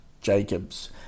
Jacobs